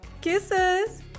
Kisses